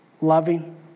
loving